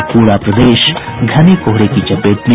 और पूरा प्रदेश घने कोहरे की चपेट में